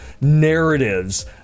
narratives